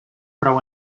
prou